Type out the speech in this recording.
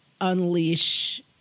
unleash